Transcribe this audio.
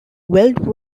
weld